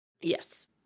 Yes